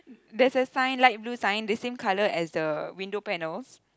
there's a sign light blue sign the same color as the window panels